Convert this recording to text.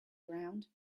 ground